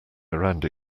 around